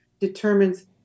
determines